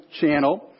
channel